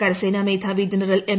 കരസേനാ മേധാവി ് ജനറൽ എം